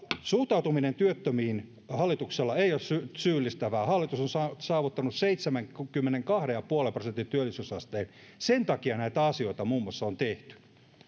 suhtautuminen työttömiin hallituksella ei ole syyllistävää hallitus on saavuttanut seitsemänkymmenenkahden pilkku viiden prosentin työllisyysasteen muun muassa sen takia näitä asioita on tehty